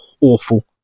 awful